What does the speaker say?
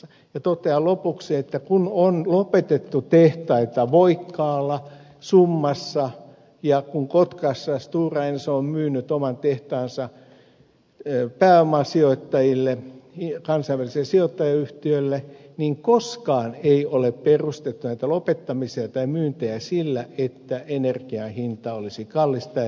ja totean lopuksi että kun on lopetettu tehtaita voikkaalla summassa ja kun kotkassa stora enso on myynyt oman tehtaansa pääomasijoittajille kansainväliselle sijoittajayhtiölle niin koskaan ei ole perusteltu näitä lopettamisia tai myyntejä sillä että energian hinta olisi kallis ettei saataisi sähköä